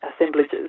assemblages